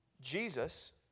Jesus